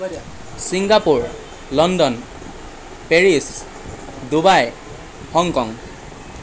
Singapore London Paris Dubai Hong Kong